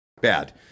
bad